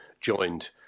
joined